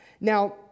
Now